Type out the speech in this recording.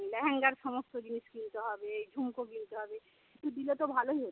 লেহেঙ্গার সমস্ত জিনিস কিনতে হবে ঝুমকো কিনতে হবে একটু দিলে তো ভালোই হতো